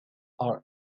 are